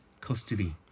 custody